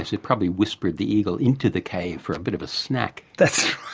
yes, who probably whispered the eagle into the cave for a bit of a snack! that's